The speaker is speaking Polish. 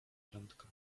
prędko